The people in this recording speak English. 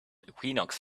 equinox